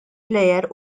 plejer